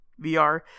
VR